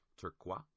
Turquoise